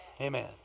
Amen